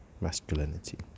masculinity